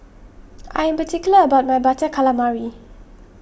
I am particular about my Butter Calamari